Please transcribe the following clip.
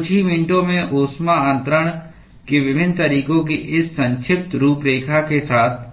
तो कुछ ही मिनटों में ऊष्मा अन्तरण के विभिन्न तरीकों की इस संक्षिप्त रूपरेखा के साथ